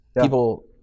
people